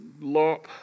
lop